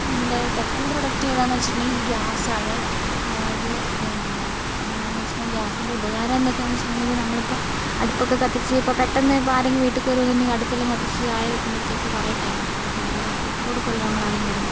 എൻ്റെ second product ഏതാന്ന് വെച്ചിട്ടുണ്ടെങ്കിൽ ഗ്യാസ് ആണ് അതായത് പിന്നെ എങ്ങനെയാന്ന് വെച്ചിട്ടുണ്ടെങ്കിൽ ഗ്യാസിൻ്റ ഉപകാരം എന്തൊക്കെയാന്ന് വെച്ചിട്ടുണ്ടെങ്കിൽ നമ്മൾ ഇപ്പം അടുപ്പൊക്കെ കത്തിച്ച് ഇപ്പം പെട്ടെന്ന് ഇപ്പം ആരെങ്കിലും വീട്ടിലൊക്കെ കയറി വന്നിട്ടുണ്ടെങ്കിൽ അടുപ്പെല്ലാം കത്തിച്ച് ചായ വെക്കുമ്പൾത്തേക്ക് കുറേ ടൈം എടുക്കും ചായയോ കാപ്പി ഒക്കെ കൊടുക്കോല്ലോ നമ്മൾ ആരെങ്കിലും വരുമ്പം